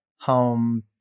home